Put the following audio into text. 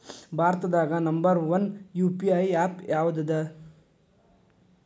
ಭಾರತದಾಗ number one UPI app ಯಾವದದ